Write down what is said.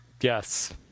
Yes